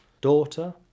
daughter